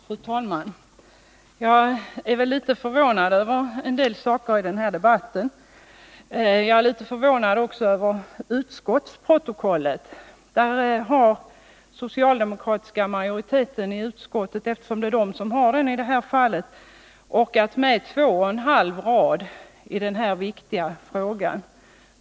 Fru talman! Jag är litet förvånad över en del saker i den här debatten. Även utskottsbetänkandet förvånar mig något. I det har den socialdemokratiska majoriteten bara presterat 2,5 rader i den här viktiga frågan.